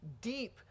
deep